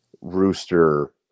Rooster